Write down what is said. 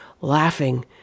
laughing